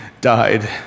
died